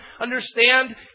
understand